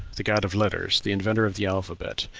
the god of letters, the inventor of the alphabet,